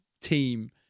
team